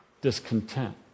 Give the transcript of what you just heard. discontent